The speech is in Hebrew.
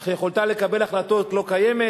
אך יכולתה לקבל החלטות לא קיימת.